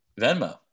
Venmo